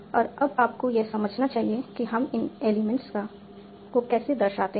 और अब आपको यह समझना चाहिए कि हम इन एलिमेंट्स को कैसे दर्शाते हैं